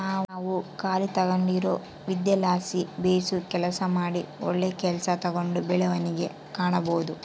ನಾವು ಕಲಿತ್ಗಂಡಿರೊ ವಿದ್ಯೆಲಾಸಿ ಬೇಸು ಕೆಲಸ ಮಾಡಿ ಒಳ್ಳೆ ಕೆಲ್ಸ ತಾಂಡು ಬೆಳವಣಿಗೆ ಕಾಣಬೋದು